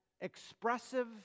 expressive